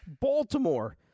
Baltimore